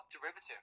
derivative